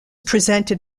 presented